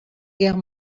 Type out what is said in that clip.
guerre